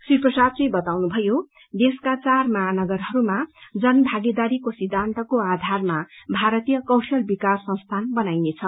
श्री प्रसादले बाताउनुभयो देशको चार महानगरहस्मा जन भागीदारीको सिद्धान्त आधारमा भारतीय कौशल विकास संस्थान बनाइनेछ